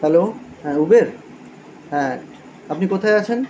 hello হ্যাঁ Uber হ্যাঁ আপনি কোথায় আছেন